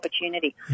opportunity